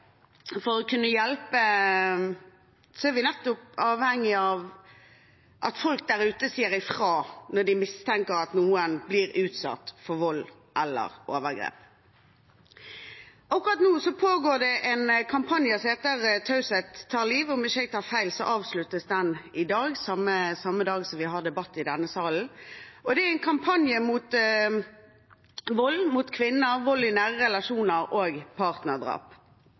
For å kunne hjelpe er vi nettopp avhengige av at folk der ute sier ifra når de mistenker at noen blir utsatt for vold eller overgrep. Akkurat nå pågår det en kampanje som heter «Taushet tar liv». Om jeg ikke tar feil, avsluttes den i dag, samme dag som vi har debatt i denne salen. Det er en kampanje mot vold mot kvinner, vold i nære relasjoner og partnerdrap.